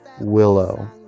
Willow